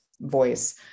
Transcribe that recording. voice